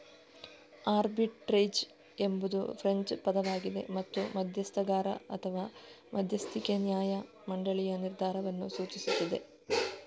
arbitrage ಎಂಬುದು French ಪದವಾಗಿದೆ ಮತ್ತು ಮಧ್ಯಸ್ಥಗಾರ ಅಥವಾ ಮಧ್ಯಸ್ಥಿಕೆ ನ್ಯಾಯ ಮಂಡಳಿಯ ನಿರ್ಧಾರವನ್ನು ಸೂಚಿಸುತ್ತದೆ